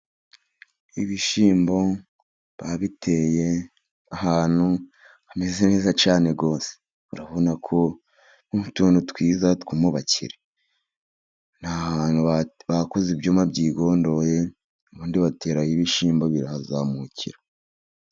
Ibishyimbo biteye ahantu hameze neza cyane rwose. Urabona ko n'utuntu twiza twubakiye bakoze ibyuma byigondoye ubundi batera ibishyimbo birahazamukira.